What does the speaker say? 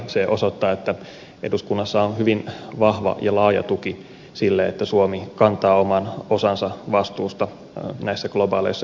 se osoittaa että eduskunnassa on hyvin vahva ja laaja tuki sille että suomi kantaa oman osansa vastuusta näissä globaaleissa ilmastotalkoissa